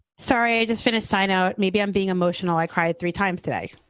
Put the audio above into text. sorry, i just finished sign out. maybe i'm being emotional, i cried three times today,